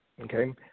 Okay